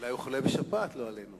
אולי הוא חולה בשפעת, לא עלינו.